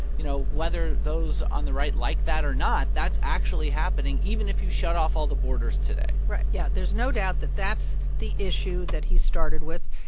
you know, whether those on the right like that or not, that's actually happening even if you shut off all the borders today right yeah. there's no doubt that that's the issue that he started with,